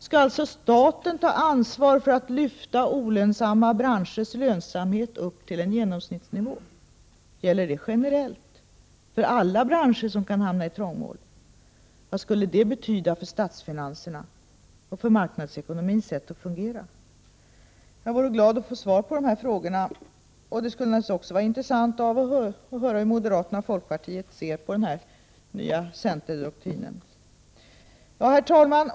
Skall alltså staten ta ansvar för att lyfta olönsamma branschers lönsamhet upp till en genomsnittsnivå? Gäller det generellt, för alla branscher som kan hamna i trångmål? Vad skulle det betyda för statsfinanserna — och för marknadsekonomins sätt att fungera? Jag vore glad om jag fick svar på de frågorna — och jag skulle också vara intresserad av att höra hur moderaterna och folkpartiet ser på centerns nya doktrin. Herr talman!